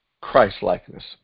Christlikeness